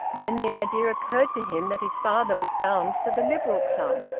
then the idea occurred to him that his father was bound for the liberal club.